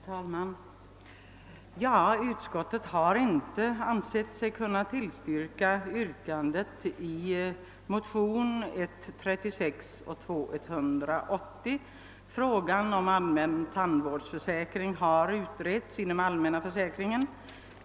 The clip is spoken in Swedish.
Herr talman! Utskottet har inte ansett sig kunna tillstyrka yrkandet i motionsparet I: 136 och II: 180. Frågan om allmän tandvårdsförsäkring har utretts inom allmänna försäkringen.